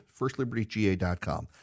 Firstlibertyga.com